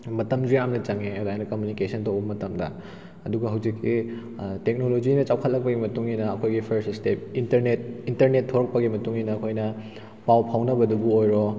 ꯃꯇꯝꯁꯨ ꯌꯥꯝꯅ ꯆꯪꯉꯦ ꯑꯗꯨꯃꯥꯏꯅ ꯀꯝꯃꯨꯅꯤꯀꯦꯁꯟ ꯇꯧꯕ ꯃꯇꯝꯗ ꯑꯗꯨꯒ ꯍꯧꯖꯤꯛꯇꯤ ꯇꯦꯛꯅꯣꯂꯣꯖꯤꯅ ꯆꯥꯎꯈꯠꯂꯛꯄꯒꯤ ꯃꯇꯨꯡ ꯏꯟꯅ ꯑꯩꯈꯣꯏꯒꯤ ꯐꯥꯔꯁ ꯁꯇꯦꯞ ꯏꯟꯇꯔꯅꯦꯠ ꯏꯟꯇꯔꯅꯦꯠ ꯊꯣꯛꯂꯛꯄꯒꯤ ꯃꯇꯨꯡ ꯏꯟꯅ ꯑꯩꯈꯣꯏꯅ ꯄꯥꯎ ꯐꯥꯎꯅꯕꯗꯕꯨ ꯑꯣꯏꯔꯣ